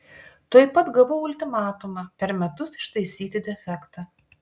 tuoj pat gavau ultimatumą per metus ištaisyti defektą